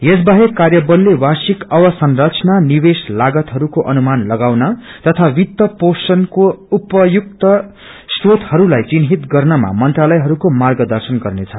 यस बाहेक कार्यबलले वार्षिक अवसंरचना निवेश लागतहरूको अनुमान लगाउन तथा कित्त पोषणको उपयुक्त श्रोतहरूलाई चिन्हित गर्नमा मंत्रालयहरूको मार्गदर्शन गर्नेछ